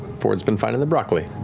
fjord's been finding the broccoli.